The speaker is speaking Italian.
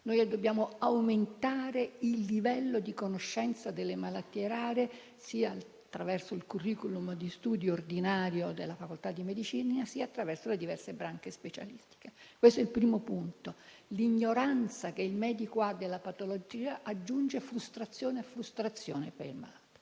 Dobbiamo aumentare il livello di conoscenza delle malattie rare attraverso sia il *curriculum* di studi ordinari della Facoltà di medicina, sia le diverse branche specialistiche. Questo è il primo punto. L'ignoranza che il medico ha nei confronti della patologia aggiunge frustrazione a frustrazione per il malato.